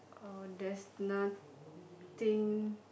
uh there's nothing